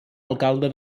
alcalde